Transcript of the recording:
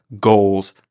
goals